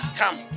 come